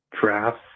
Draft